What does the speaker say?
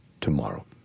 tomorrow